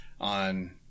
on